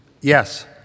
Yes